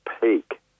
peak